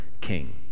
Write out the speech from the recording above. king